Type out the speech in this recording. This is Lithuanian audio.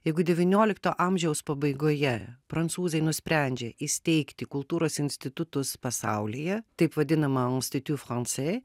jeigu devyniolikto amžiaus pabaigoje prancūzai nusprendžia įsteigti kultūros institutus pasaulyje taip vadinamą institut francais